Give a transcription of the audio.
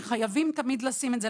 וחייבים תמיד לשים את זה.